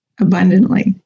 Abundantly